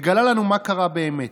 מגלה לנו מה קרה באמת.